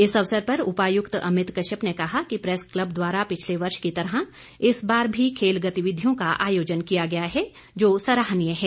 इस अवसर पर उपायुक्त अमित कश्यप ने कहा कि प्रैस क्लब पिछले वर्ष की तरह इस बार भी खेल गतिविधियों का आयोजन किया गया है जो सराहनीय है